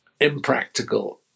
impractical